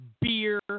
beer